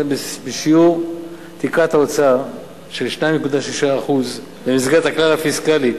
בשיעור תקרת ההוצאה של 2.6%. במסגרת הכלל הפיסקלי,